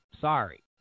Sorry